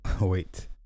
Wait